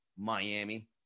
miami